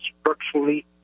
structurally